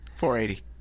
480